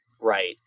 Right